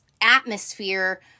atmosphere